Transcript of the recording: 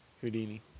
Houdini